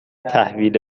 تحویل